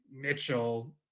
Mitchell